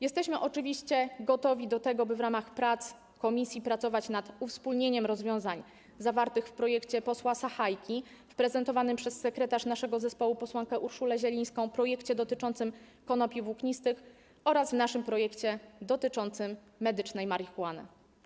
Jesteśmy oczywiście gotowi do tego, by w ramach prac komisji pracować nad uwspólnieniem rozwiązań zawartych w projekcie posła Sachajki, w prezentowanym przez sekretarz naszego zespołu, posłankę Urszulę Zielińską projekcie dotyczącym konopi włóknistych oraz w naszym projekcie dotyczącym medycznej marihuany.